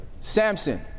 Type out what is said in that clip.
Samson